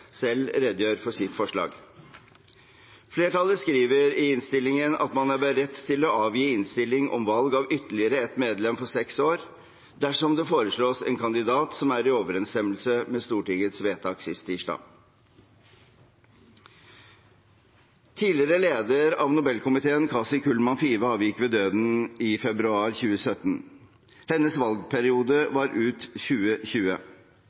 selv redegjør for sitt forslag. Flertallet skriver i innstillingen at man er beredt til å avgi innstilling om valg av ytterligere ett medlem for seks år dersom det foreslås en kandidat som er i overensstemmelse med Stortingets vedtak sist tirsdag. Tidligere leder av Nobelkomiteen, Kaci Kullmann Five, avgikk ved døden i februar 2017. Hennes valgperiode var ut 2020.